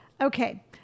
Okay